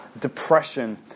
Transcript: depression